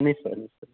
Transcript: নিশ্চয় নিশ্চয়